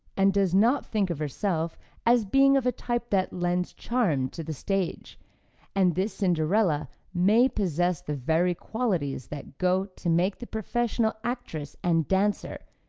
and does not think of herself as being of a type that lends charm to the stage and this cinderella may possess the very qualities that go to make the professional actress and dancer,